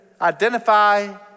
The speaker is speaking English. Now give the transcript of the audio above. identify